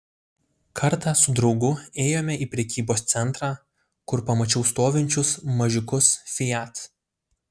kartą su draugu ėjome į prekybos centrą kur pamačiau stovinčius mažiukus fiat